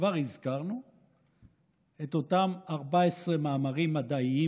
כבר הזכרנו את אותם 14 מאמרים מדעיים